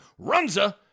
Runza